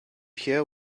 hear